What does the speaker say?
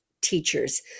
teachers